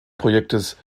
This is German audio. projektes